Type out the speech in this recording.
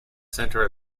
centre